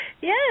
Yes